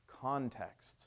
Context